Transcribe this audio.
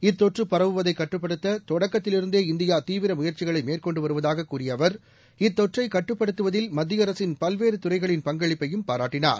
இத்தொற்று பரவுவதைக் கட்டுப்படுத்த தொடக்கத்திலிருந்தே இந்தியா தீவிர முயற்சிகளை மேற்கொண்டு வருவதாகக் கூறிய அவர்ஜ இத்தொற்றைக் கட்டுப்படுத்துவதில் மத்திய அரசின் பல்வேறு துறைகளின் பங்களிப்பையும் பாராட்டினார்